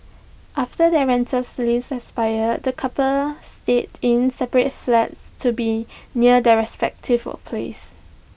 after their rentals lease expired the coupled stayed in separate flats to be near their respective workplaces